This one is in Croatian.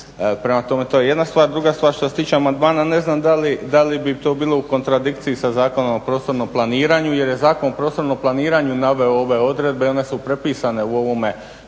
podatak. To je jedna stvar. Druga stvar što se tiče amandmana ne znam da li bi to bilo u kontradikciji sa Zakonom o prostornom planiranju jer je Zakon o prostornom planiranju naveo ove odredbe i one su prepisane u ovome